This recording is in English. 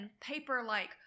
paper-like